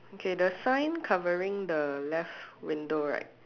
okay the sign covering the left window right